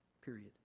period